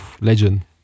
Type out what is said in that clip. Legend